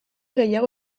gehiago